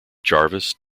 jarvis